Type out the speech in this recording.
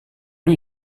lui